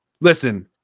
Listen